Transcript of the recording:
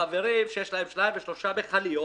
חברים שיש להם שתיים-שלוש מכליות